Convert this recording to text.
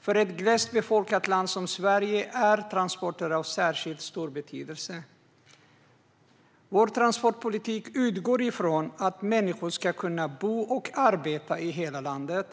För ett glest befolkat land som Sverige är transporter av särskilt stor betydelse. Vår transportpolitik utgår från att människor ska kunna bo och arbeta i hela landet.